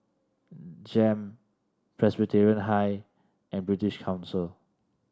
JEM Presbyterian High and British Council